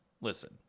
listen